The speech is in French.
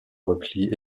replie